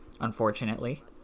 unfortunately